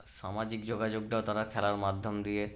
সামাজিক যোগাযোগটাও তারা খেলার মাধ্যম দিয়ে